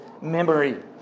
memory